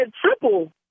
triple